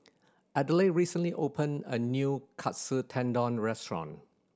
Adelaide recently opened a new Katsu Tendon Restaurant